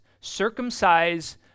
circumcise